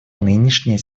нынешняя